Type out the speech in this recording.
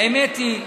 האמת היא,